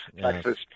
Texas